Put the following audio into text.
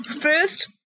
first